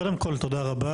אז קודם כל, תודה רבה.